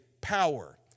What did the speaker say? power